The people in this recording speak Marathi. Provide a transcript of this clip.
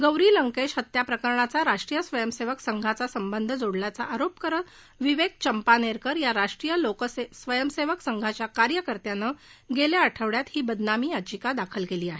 गौरी लंकेश हत्या प्रकरणाचा राष्ट्रीय स्वयंसेवक संघांचा संबंध जोडल्याचा आरोप करत विवेक चंपानेरकर या राष्ट्रीय लोकसेवा स्वयंसेवक संघांच्या कार्यकर्त्यानं गेल्या आठवडयात ही बदनामी याचिका दाखल केली आहे